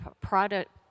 product